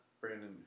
Brandon